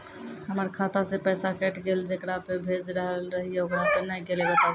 हमर खाता से पैसा कैट गेल जेकरा पे भेज रहल रहियै ओकरा पे नैय गेलै बताबू?